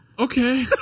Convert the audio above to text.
Okay